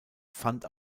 fand